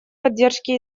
поддержке